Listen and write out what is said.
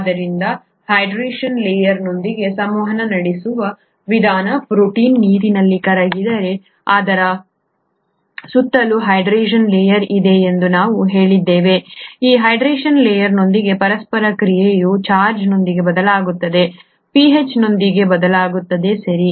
ಆದ್ದರಿಂದ ಹೈಡ್ರೆಷನ್ ಲೇಯರ್ನೊಂದಿಗೆ ಸಂವಹನ ನಡೆಸುವ ವಿಧಾನ ಪ್ರೋಟೀನ್ ನೀರಿನಲ್ಲಿ ಕರಗಿದರೆ ಅದರ ಸುತ್ತಲೂ ಹೈಡ್ರೆಷನ್ ಲೇಯರ್ ಇದೆ ಎಂದು ನಾವು ಹೇಳಿದ್ದೇವೆ ಆ ಹೈಡ್ರೆಷನ್ ಲೇಯರ್ನೊಂದಿಗಿನ ಪರಸ್ಪರ ಕ್ರಿಯೆಯು ಚಾರ್ಜ್ನೊಂದಿಗೆ ಬದಲಾಗುತ್ತದೆ pH ನೊಂದಿಗೆ ಬದಲಾಗುತ್ತದೆ ಸರಿ